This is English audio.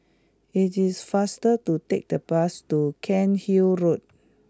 it is faster to take the bus to Cairnhill Road